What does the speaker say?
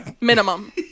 minimum